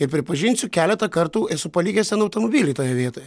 ir pripažinsiu keletą kartų esu palikęs automobilį toje vietoje